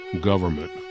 government